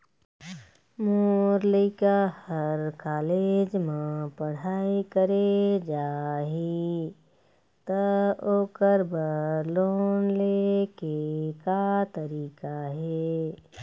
मोर लइका हर कॉलेज म पढ़ई करे जाही, त ओकर बर लोन ले के का तरीका हे?